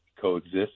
coexist